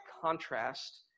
contrast